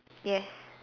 yes